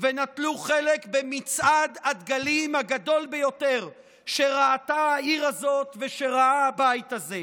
ונטלו חלק במצעד הדגלים הגדול ביותר שראתה העיר הזאת ושראה הבית הזה.